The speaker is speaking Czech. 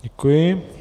Děkuji.